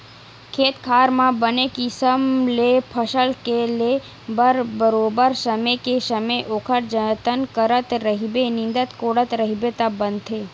खेत खार म बने किसम ले फसल के ले बर बरोबर समे के समे ओखर जतन करत रहिबे निंदत कोड़त रहिबे तब बनथे